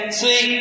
see